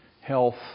health